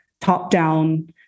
top-down